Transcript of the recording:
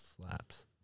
slaps